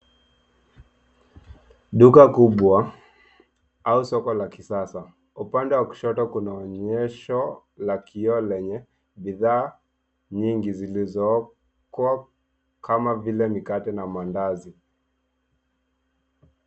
Duka kubwa au soko la kisasa. Upande wa kushoto kuna onyesho la kioo lenye bidhaa nyingi zilizookwa kama vile mikate na mandazi.